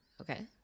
Okay